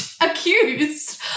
accused